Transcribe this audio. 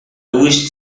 wish